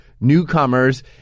newcomers